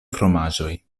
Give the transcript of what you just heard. fromaĝoj